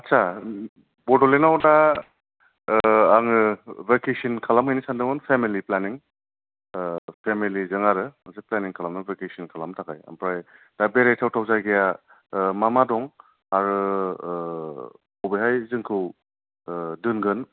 आतसा बड'लेण्डाव दा ओ आङो भेकेसन खालामहैनो सानदोंमोन फेमेलि प्लानिं ओ फेमिलिजों आरो प्लानिं खालामदोंमोन भेकेसननि थाखाय ओमफ्राय दा बेरायथाव थाव जायगाया मा मा दं ओ ओ अबेहाय जोंखौ दोनगोन